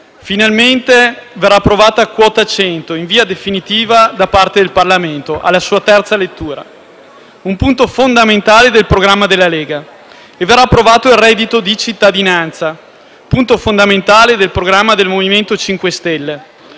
Finalmente verrà approvata quota 100 in via definitiva da parte del Parlamento alla sua seconda lettura: un punto fondamentale del programma della Lega; e verrà approvato il reddito di cittadinanza, punto fondamentale del programma del MoVimento 5 Stelle,